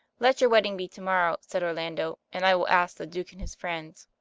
let your wedding be to-morrow, said orlando, and i will ask the duke and his friends.